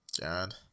God